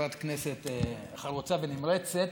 חברת כנסת חרוצה ונמרצת,